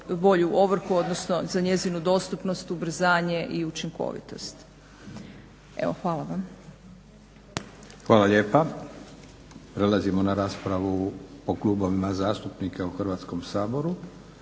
bolju ovrhu, odnosno za njezinu dostupnost, ubrzanje i učinkovitost. Evo, hvala vam. **Leko, Josip (SDP)** Hvala lijepa. Prelazimo na raspravu po klubovima zastupnika u Hrvatskom saboru.